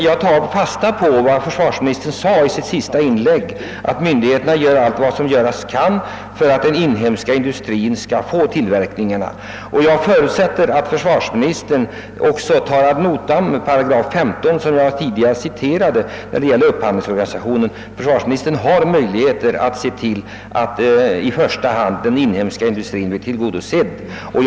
Jag tar fasta på vad försvarsministern sade i sitt senaste inlägg att myndigheterna gör allt som göras kan för att den inhemska industrin skall få tillverkningarna, och jag förutsätter att försvarsministern också tar ad notam 15 8 i upphandlingskungörelsen, som jag tidigare citerade. Här har han möjlighet att se till att i första hand den inhemska industrin blir tillgodosedd med beställningar.